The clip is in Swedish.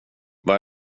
vad